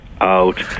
out